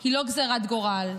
היא לא גזרת גורל,